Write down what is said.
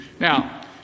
Now